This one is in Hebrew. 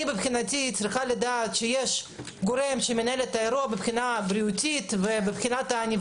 אני צריכה לדעת שיש גורם שמנהל את האירוע מבחינה בריאותית לטיפול